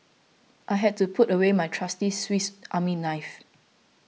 I had to put away my trusty Swiss Army knife